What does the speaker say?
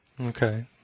Okay